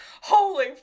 holy